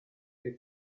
dei